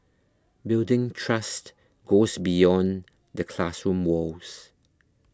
building trust goes beyond the classroom walls